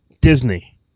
Disney